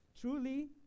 Truly